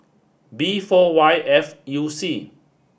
B four Y F U C